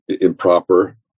improper